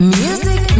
music